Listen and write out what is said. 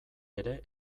ere